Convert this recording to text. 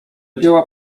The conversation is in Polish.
dzieła